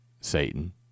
Satan